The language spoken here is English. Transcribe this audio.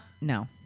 No